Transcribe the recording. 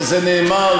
וזה נאמר,